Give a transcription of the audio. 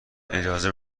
اجازه